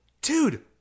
Dude